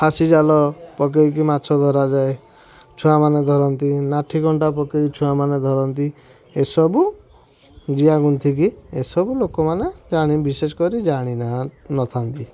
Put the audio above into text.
ଫାସି ଜାଲ ପକାଇକି ମାଛ ଧରାଯାଏ ଛୁଆମାନେ ଧରନ୍ତି ଲାଠି କଣ୍ଚା ପକାଇ ଛୁଆମାନେ ଧରନ୍ତି ଏସବୁ ଜିଆ ଗୁନ୍ଥିକି ଏ ସବୁ ଲୋକମାନେ ଜାଣି ବିଶେଷ କରି ଜାଣି ନଥାନ୍ତି